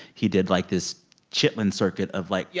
he did, like, this chitlin' circuit of, like, yeah